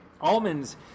Almonds